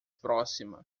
próxima